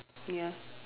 ya